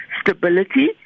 stability